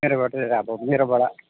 मेरोबाट चाहिँ अब मेरोबाट